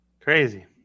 Crazy